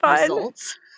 results